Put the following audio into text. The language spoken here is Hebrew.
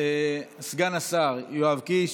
וסגן השר יואב קיש,